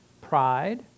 pride